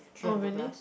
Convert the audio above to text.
oh really